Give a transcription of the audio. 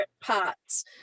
parts